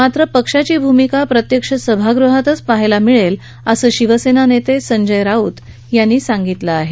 मात्र पक्षाची भूमिका प्रत्यक्ष सभागृहातच पाहायला मिळेल असं शिवसेना नेते संजय राऊत यांनी सांगितलं आहे